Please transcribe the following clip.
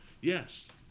yes